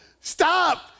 stop